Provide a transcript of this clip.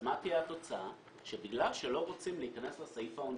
אז התוצאה תהיה שבגלל שלא רוצים להיכנס לסעיף העונשי,